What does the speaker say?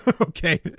okay